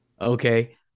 Okay